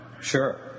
Sure